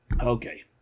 okay